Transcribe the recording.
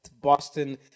Boston